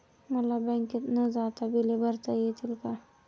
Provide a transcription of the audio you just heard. मला बँकेत न जाता बिले भरता येतील का?